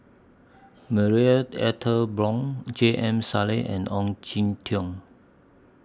Marie Ethel Bong J M Sali and Ong Jin Teong